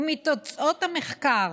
מתוצאות המחקר